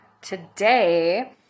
today